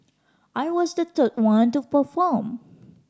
I was the third one to perform